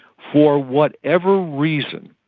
for whatever reason,